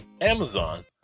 Amazon